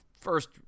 first